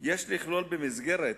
יש לכלול במסגרת